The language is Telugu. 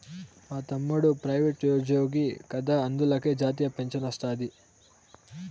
మా తమ్ముడు ప్రైవేటుజ్జోగి కదా అందులకే జాతీయ పింఛనొస్తాది